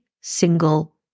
single